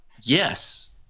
yes